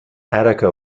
attica